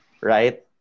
right